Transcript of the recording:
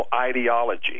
ideology